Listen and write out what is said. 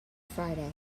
friday